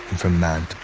from man